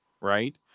right